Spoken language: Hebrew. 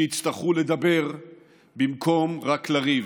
שיצטרכו לדבר במקום רק לריב,